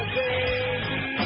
baby